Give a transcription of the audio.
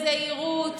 בזהירות,